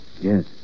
Yes